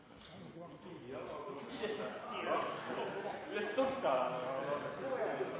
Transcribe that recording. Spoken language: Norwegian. det var tidligere – det er